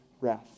wrath